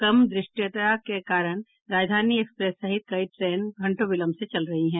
कम दृष्यता के कारण राजधानी एक्सप्रेस सहित कई ट्रेनें घंटों विलंब से चल रही हैं